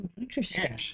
Interesting